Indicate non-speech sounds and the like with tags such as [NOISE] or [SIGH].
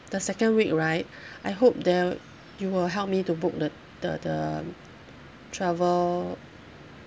the second week right [BREATH] I hope that you will help me to book the the the travel